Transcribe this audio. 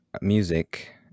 music